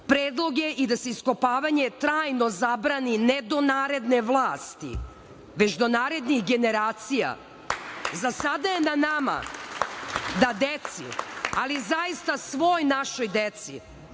predlog je i da se iskopavanje trajno zabrani ne do naredne vlasti, već do narednih generacija. Za sada je na nama da deci, ali zaista svoj našoj deci,